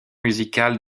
musical